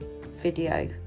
video